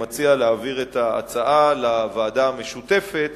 אני מציע להעביר את ההצעה לוועדה המשותפת,